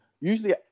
Usually